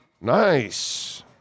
Nice